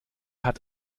hat